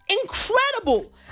Incredible